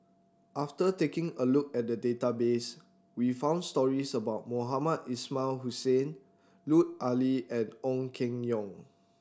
after taking a look at the database we found stories about Mohamed Ismail Hussain Lut Ali and Ong Keng Yong